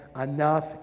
enough